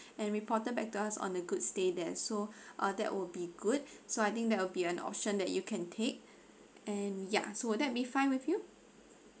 and reported back to us on the good stay there so uh that would be good so I think that will be an option that you can take and ya so would that be fine with you